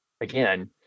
again